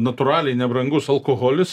natūraliai nebrangus alkoholis